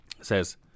Says